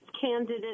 candidate